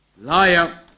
liar